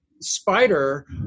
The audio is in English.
spider